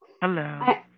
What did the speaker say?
Hello